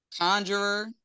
conjurer